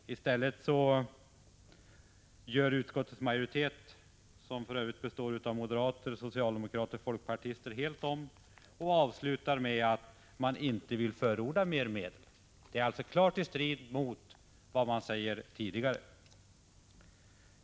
I stället gör utskottets majoritet, som för övrigt består av moderater, socialdemokrater och folkpartister, helt om och avslutar med att man inte vill förorda några ytterligare medel. Det är klart i strid med det som först uttalats.